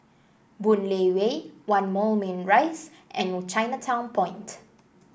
Boon Lay Way One Moulmein Rise and Chinatown Point